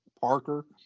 Parker